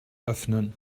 öffnen